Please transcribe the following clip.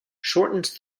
shortens